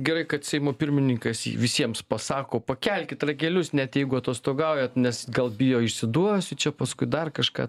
gerai kad seimo pirmininkas visiems pasako pakelkit ragelius net jeigu atostogaujat nes gal bijo išsiduosiu čia paskui dar kažką